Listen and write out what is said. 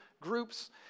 groups